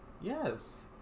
yes